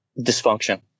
dysfunction